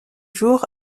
jour